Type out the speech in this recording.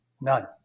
None